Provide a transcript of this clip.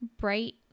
bright